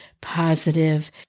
positive